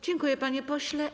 Dziękuję, panie pośle.